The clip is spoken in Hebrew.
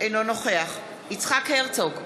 אינו נוכח יצחק הרצוג,